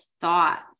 thought